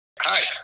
Hi